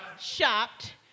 shopped